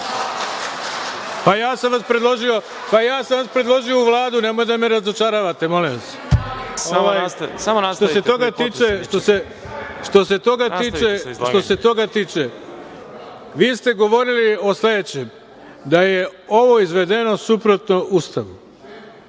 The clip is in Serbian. Pa, ja sam vas predložio u Vladu, nemojte da me razočaravate, molim vas. Što se toga tiče, vi ste govorili o sledećem, da je ovo izvedeno suprotno Ustavu.